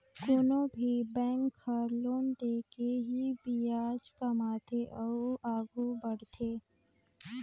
कोनो भी बेंक हर लोन दे के ही बियाज कमाथे अउ आघु बड़थे